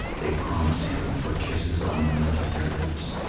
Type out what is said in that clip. they promise him, for kisses a moment at their lips,